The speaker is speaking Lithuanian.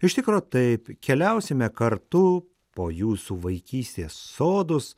iš tikro taip keliausime kartu po jūsų vaikystės sodus